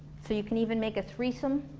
so you can even make a threesome